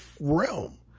realm